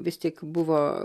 vis tik buvo